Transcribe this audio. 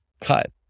cut